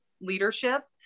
leadership